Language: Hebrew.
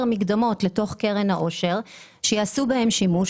מקדמות לתוך קרן העושר שיעשו בהן שימוש,